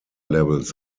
levels